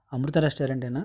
అమృత రెస్టారెంటేనా